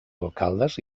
alcaldes